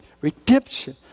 redemption